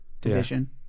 division